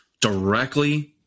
directly